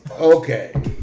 Okay